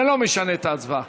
זה לא משנה את תוצאות ההצבעה.